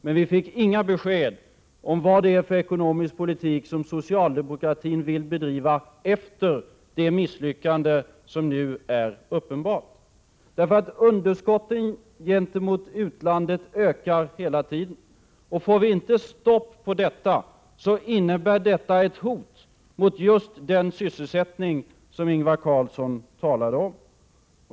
Men vi fick inga besked om vad det är för ekonomisk politik som socialdemokratin vill driva efter det misslyckande som nu är uppenbart. Underskotten gentemot utlandet ökar hela tiden. Får vi inte stopp på detta, innebär det ett hot mot just den sysselsättning som Ingvar Carlsson talade om.